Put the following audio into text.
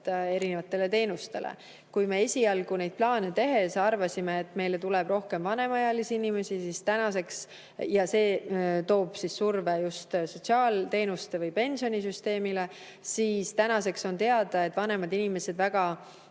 erinevatele teenustele. Kui me esialgu neid plaane tehes arvasime, et meile tuleb rohkem vanemaealisi inimesi ja see toob kaasa surve just sotsiaalteenustele või pensionisüsteemile, siis tänaseks on teada, et vanemad inimesed väga